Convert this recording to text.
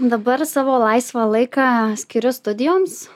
dabar savo laisvą laiką skiriu studijoms